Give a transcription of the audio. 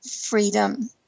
freedom